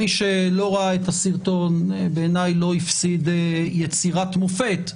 מי שלא ראה את הסרטון בעיניי לא הפסיד יצירת מופת,